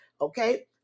Okay